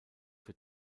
für